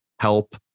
help